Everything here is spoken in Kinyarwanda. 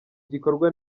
gikorwa